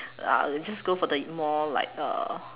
I'll just go for the more like uh